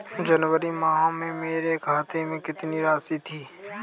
जनवरी माह में मेरे खाते में कितनी राशि थी?